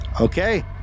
Okay